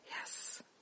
Yes